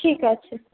ঠিক আছে